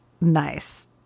Nice